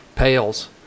pails